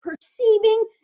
perceiving